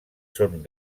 són